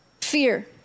Fear